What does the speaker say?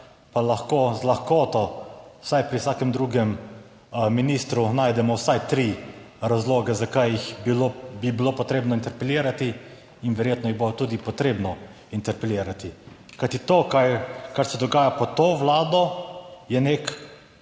pa lahko z lahkoto vsaj pri vsakem drugem ministru najdemo vsaj tri razloge, zakaj jih bi bilo potrebno interpelirati in verjetno jih bo tudi potrebno interpelirati, kajti to kar se dogaja pod to Vlado je nek